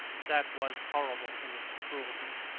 that was horrible in its cruelty.